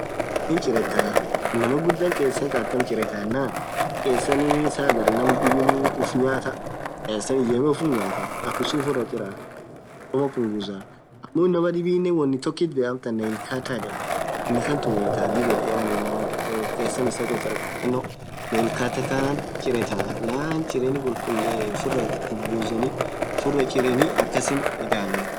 Khensan hinchirtha inamaa ghudhan khesan Khan atamaa chiretha yanan khesan saa haghar namdhibini ufff nyathaa khensaa ijemee uffm nyathaa akhum sunn ufuraaaa chirah ufurumaa punguzaaa ammo inamaa dhibinen wonii tokit beee amtan nail khatter yedheni unni khaan tumetha dhiib inamaan khensaa isaa chacharekho nail khatter Khanan chirethaaa laan chiree khulkhulesee punguzeni ufurah chireni akhasin itanniii